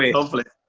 ah hopefully.